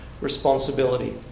responsibility